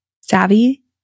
savvy